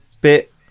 bit